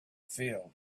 field